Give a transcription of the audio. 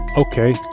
Okay